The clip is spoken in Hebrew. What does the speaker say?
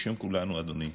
בשם כולנו, אדוני,